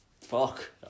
fuck